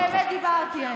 אמת דיברתי.